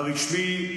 הרשמי,